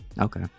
okay